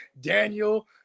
Daniel